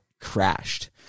crashed